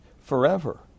forever